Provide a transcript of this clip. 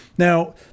Now